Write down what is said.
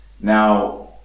Now